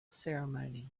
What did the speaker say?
ceremony